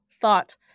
thought